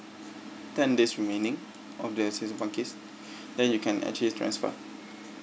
ten days remaining of the season parking then you can actually transfer